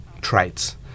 traits